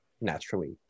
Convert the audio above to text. naturally